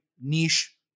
niche